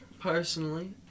personally